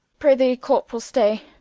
pray thee corporall stay,